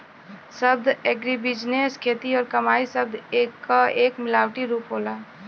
शब्द एग्रीबिजनेस खेती और कमाई शब्द क एक मिलावटी रूप होला